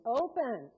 open